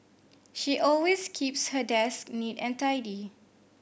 she always keeps her desk neat and tidy